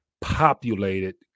populated